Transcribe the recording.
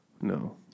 No